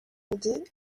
montée